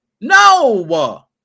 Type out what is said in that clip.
No